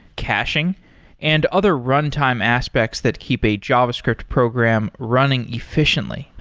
caching and other runtime aspects that keep a javascript program running efficiently.